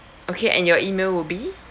okay and your email will be